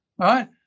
right